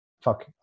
fuck